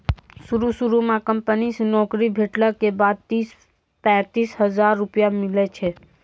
शुरू शुरू म कंपनी से नौकरी भेटला के बाद तीस पैंतीस हजार रुपिया मिलै छै